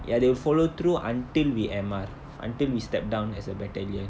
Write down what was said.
ya they will follow through until we M_R until we step down as a battalion